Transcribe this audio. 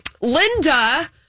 Linda